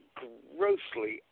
grossly